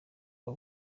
aba